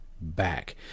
back